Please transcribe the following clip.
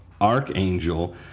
Archangel